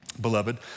beloved